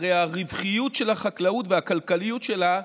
הרי הרווחיות של החקלאות והכלכליות שלה,